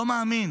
לא מאמין